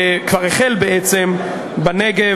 הוא כבר החל בעצם, בנגב.